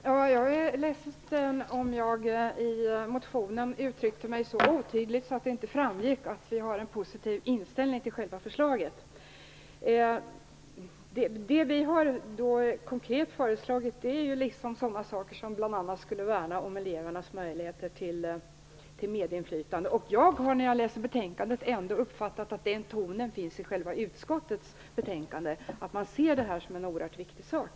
Fru talman! Jag är ledsen om jag i motionen uttryckte mig så otydligt att det inte framgick att vi har en positiv inställning till själva förslaget. Det som vi konkret har föreslagit är sådant som bl.a. skulle värna om elevernas möjligheter till medinflytande. Jag uppfattar det som att den tonen finns även i utskottets betänkande och att man ser detta som oerhört viktigt.